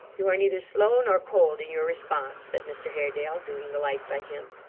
you are neither slow nor cold in your response said mr haredale, doing the like by him,